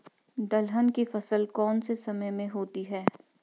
दलहन की फसल कौन से समय में होती है?